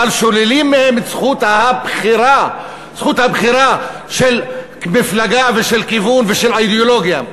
אבל שוללים מהם את זכות הבחירה של מפלגה ושל כיוון ושל אידיאולוגיה.